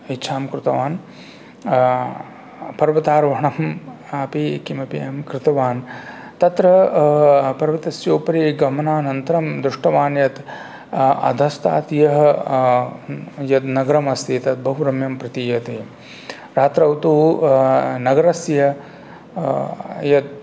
इच्छां कृतवान् पर्वतारोहणम् अपि किमपि अहं कृतवान् तत्र पर्वतस्य उपरि गमनान्तरं दृष्टवान् यत् अधस्तात् यः यद् नगरम् अस्ति तत् बहुरम्यं प्रतीयते रात्रौ तु नगरस्य यत्